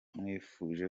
mwifuje